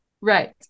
Right